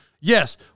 yes